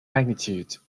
magnitude